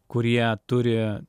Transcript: kurie turi